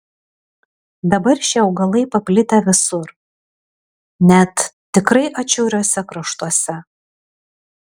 dabar šie augalai paplitę visur net tikrai atšiauriuose kraštuose